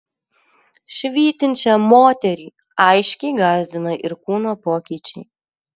švytinčią moterį aiškiai gąsdino ir kūno pokyčiai